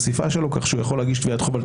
האסיפה הזאת מתכנסת אחרי שכבר מוגשות תביעות חוב,